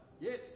Yes